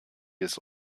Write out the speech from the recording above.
ist